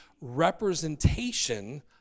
representation